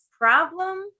problem